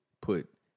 put